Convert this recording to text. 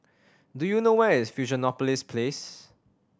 do you know where is Fusionopolis Place